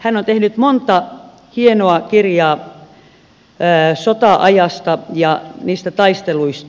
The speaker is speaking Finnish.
hän on tehnyt monta hienoa kirjaa sota ajasta ja niistä taisteluista